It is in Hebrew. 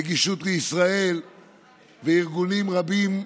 נגישות ישראל וארגונים רבים וחשובים.